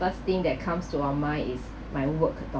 first thing that comes to my mind is my work